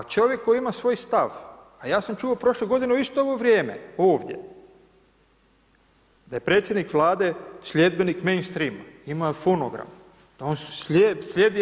A čovjek koji ima svoj stav, a ja sam čuo prošle godine u isto ovo vrijeme ovdje da je predsjednik Vlade sljedbenik mainstreama, ima i fonogram, on slijedi EU.